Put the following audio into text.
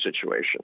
situation